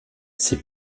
ses